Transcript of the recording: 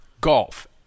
golf